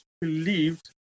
believed